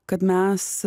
kad mes